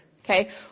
okay